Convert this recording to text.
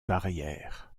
barrières